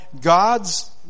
God's